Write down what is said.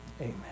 amen